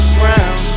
ground